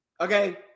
Okay